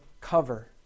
cover